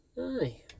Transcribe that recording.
Aye